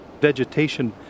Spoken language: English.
vegetation